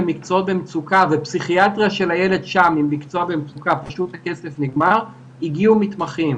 יש עלייה של מעל 30% בכמות התעודות זהות והביקורים בין 2019 ל-2021.